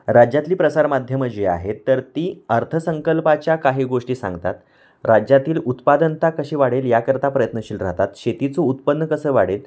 राज्यातली प्रसार माध्यमं जी आहे तर ती अर्थसंकल्पाच्या काही गोष्टी सांगतात राज्यातील उत्पादनता कशी वाढेल याकरता प्रयत्नशील राहतात शेतीचं उत्पन्न कसं वाढेल